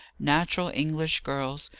natural english girls,